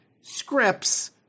scripts